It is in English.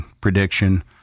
prediction